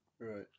right